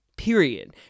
Period